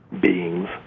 beings